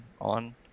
on